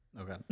Okay